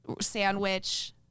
sandwich